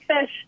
fish